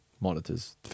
monitors